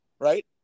right